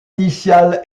initial